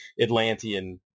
Atlantean